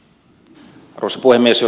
jos sallitte